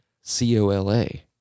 C-O-L-A